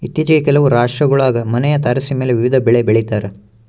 ಇತ್ತೀಚಿಗೆ ಕೆಲವು ರಾಷ್ಟ್ರಗುಳಾಗ ಮನೆಯ ತಾರಸಿಮೇಲೆ ವಿವಿಧ ಬೆಳೆ ಬೆಳಿತಾರ